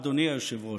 אדוני היושב-ראש: